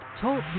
Talk